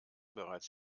bereits